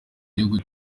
bihugu